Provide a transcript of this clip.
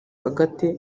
agathe